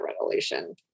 revolution